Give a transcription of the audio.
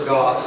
God